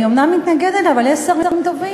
אני אומנם מתנגדת, אבל יש שרים טובים.